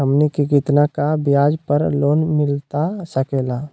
हमनी के कितना का ब्याज पर लोन मिलता सकेला?